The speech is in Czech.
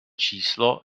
číslo